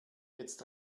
jetzt